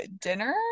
dinner